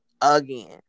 again